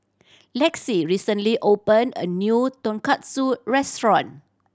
Lexie recently opened a new Tonkatsu Restaurant